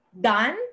done